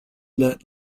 let